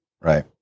right